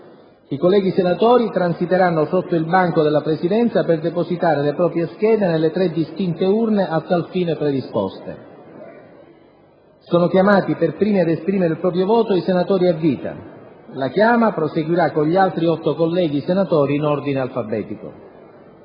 I colleghi senatori transiteranno sotto il banco della Presidenza per depositare le proprie schede nelle tre distinte urne a tal fine predisposte. Sono chiamati per primi ad esprimere il proprio voto i senatori a vita. La chiama proseguira` con gli altri colleghi senatori in ordine alfabetico.